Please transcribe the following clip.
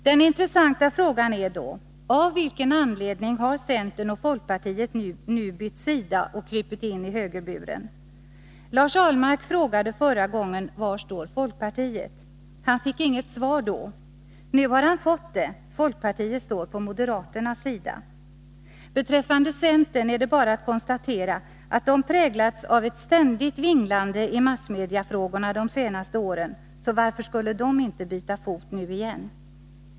Den intressanta frågan är då: Av vilken anledning har centern och folkpartiet nu bytt sida och krupit in i högerburen? Lars Ahlmark frågade förra gången: ”Var står folkpartiet?” Han fick inget svar då. Nu har han fått det: folkpartiet står på moderaternas sida. Beträffande centern är det bara att konstatera att centern präglats av ett ständigt vinglande i massmediefrågorna de senaste åren — så varför skulle centern inte byta fot nu igen?